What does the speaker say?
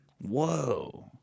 Whoa